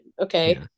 Okay